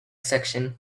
section